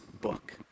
book